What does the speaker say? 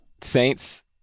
Saints